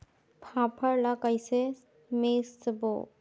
फाफण ला कइसे मिसबो?